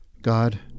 God